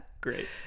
Great